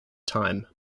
time